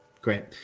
Great